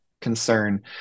concern